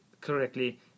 correctly